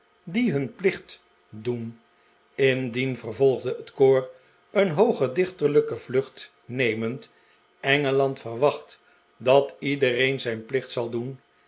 die tmn plicht doen indien vervolgde het koor een hooge dichterlijke vlucht nemend engeland verwacht dat iedereen zijn plicht zal doen